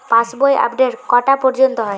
পাশ বই আপডেট কটা পর্যন্ত হয়?